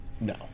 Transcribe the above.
No